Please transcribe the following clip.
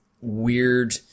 weird